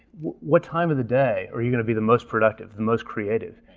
what time of the day are you gonna be the most productive, the most creative?